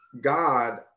God